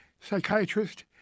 Psychiatrist